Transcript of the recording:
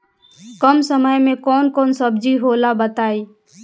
कम समय में कौन कौन सब्जी होला बताई?